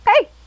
hey